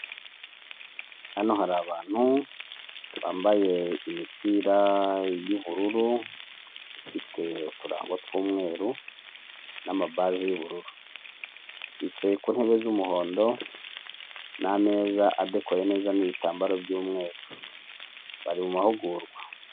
Hano hari abantu bambaye imipira y'ubururu ifite uturango tw'umweru n'amabaji y'ubururu bicaye ku ntebe z'umuhondo n'ameza adakoye neza n'ibitambaro by'umweru bari mu mahugurwa.